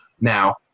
now